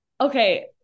okay